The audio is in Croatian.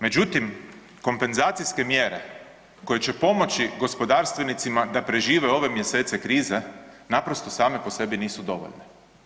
Međutim, kompenzacijske mjere koje će pomoći gospodarstvenicima da prežive ove mjesece krize naprosto same po sebi nisu dovoljne.